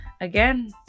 again